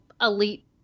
elite